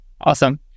Awesome